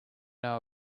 know